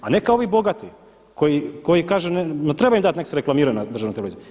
A ne kao ovi bogati koji kažu, ma treba im dati neka se reklamiraju na državnoj televiziji.